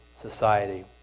society